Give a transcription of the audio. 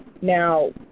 Now